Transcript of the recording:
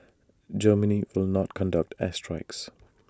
Germany will not conduct air strikes